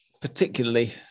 particularly